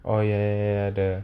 oh ya ya ya the